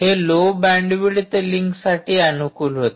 हे low bandwidth लिंकसाठी अनुकूल होते